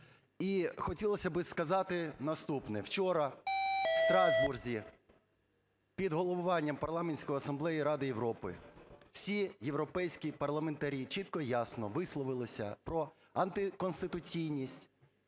І хотілося би сказати наступне. Вчора в Страсбурзі під головуванням Парламентської асамблеї Ради Європи всі європейські парламентарі чітко і ясно висловилися про антиконституційність